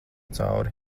cauri